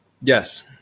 Yes